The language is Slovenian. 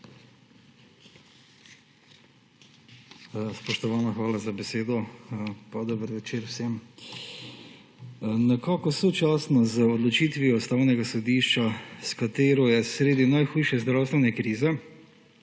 Spoštovana, hvala za besedo. Dober večer vsem! Nekako sočasno z odločitvijo Ustavnega sodišča, s katero je sredi najhujše zdravstvene krize